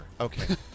okay